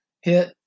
hit